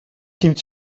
seemed